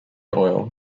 oil